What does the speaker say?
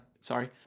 sorry